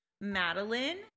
Madeline